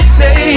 say